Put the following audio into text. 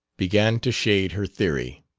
began to shade her theory.